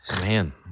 Man